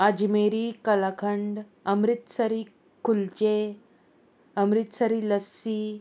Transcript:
अजमेरी कलाखंड अमृतसरी खुलचे अमृतसरी लस्सी